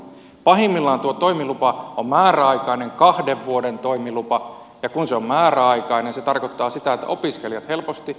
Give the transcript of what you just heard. pahimmillaan tuo toimilupa on määräaikainen kahden vuoden toimilupa ja kun se on määräaikainen se tarkoittaa sitä että opiskelijat helposti äänestävät jaloillaan